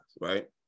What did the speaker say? right